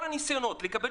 היו ניסיונות לקבל